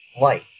light